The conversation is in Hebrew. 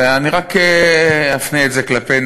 ואני רק אפנה את זה כלפינו.